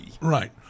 Right